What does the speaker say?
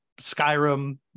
Skyrim